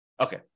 Okay